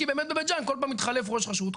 כי באמת בבית ג'אן כל פעם מתחלף ראש רשות,